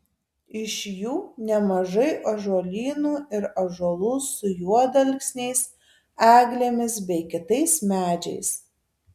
iš jų nemažai ąžuolynų ir ąžuolų su juodalksniais eglėmis bei kitais medžiais